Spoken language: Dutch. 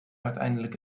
uiteindelijk